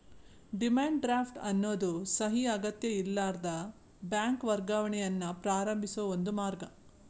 demand draft ಎನ್ನೋದು ಸಹಿ ಅಗತ್ಯಇರ್ಲಾರದ ಬ್ಯಾಂಕ್ ವರ್ಗಾವಣೆಯನ್ನ ಪ್ರಾರಂಭಿಸೋ ಒಂದ ಮಾರ್ಗ